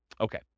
Okay